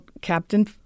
Captain